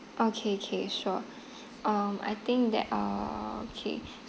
okay okay sure um I think that uh okay